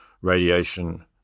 radiation